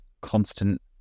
constant